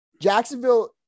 Jacksonville